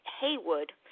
Haywood